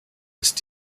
ist